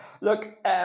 look